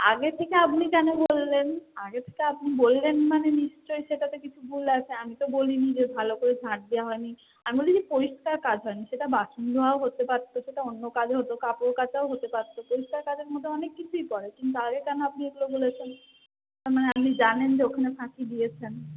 আগে থেকে আপনি কেন বললেন আগে থেকে আপনি বললেন মানে নিশ্চয় সেটাতে কিছু ভুল আছে আমি তো বলিনি যে ভালো করে ঝাঁট দেওয়া হয়নি আমি বলেছি পরিষ্কার কাজ হয়নি সেটা বাসন ধোয়াও হতে পারত সেটা অন্য কাজও হতো কাপড় কাচাও হতে পারত পরিষ্কার কাজের মধ্যে অনেক কিছুই পড়ে কিন্তু আগে কেন আপনি এগুলো বলেছেন তার মানে আপনি জানেন যে ওখানে ফাঁকি দিয়েছেন